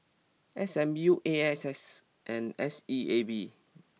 S M U A X S and S E A B